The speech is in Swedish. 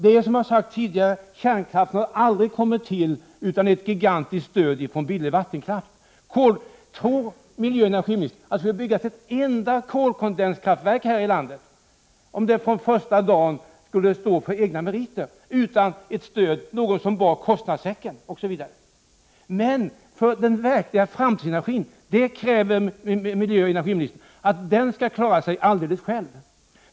Som jag har sagt tidigare: Kärnkraften hade aldrig kommit till utan ett gigantiskt stöd från billig vattenkraft. Tror miljöoch energiministern att det skulle byggas ett enda kolkondenskraftverk här i landet om det från första Prot. 1988/89:43 dagen skulle stå på egna ben utan stöd, täcka alla kostnader osv? 12 december 1988 Miljöoch energiministern kräver nu att den verkliga framtidsenergin skall ZE klara sig alldeles själv!